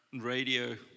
radio